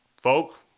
folk